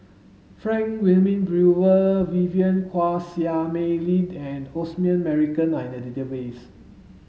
Frank Wilmin Brewer Vivien Quahe Seah Mei Lin and Osman Merican are in the database